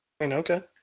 Okay